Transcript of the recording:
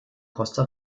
costa